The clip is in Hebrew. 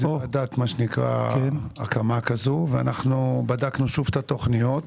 זה ועדת הקמה כזו ואנחנו בדקנו שוב את התכניות.